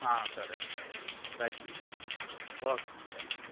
సరే అండి right okay అండి థ్యాంక్ యూ